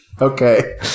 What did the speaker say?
Okay